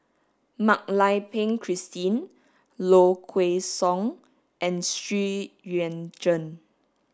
Mak Lai Peng Christine Low Kway Song and Xu Yuan Zhen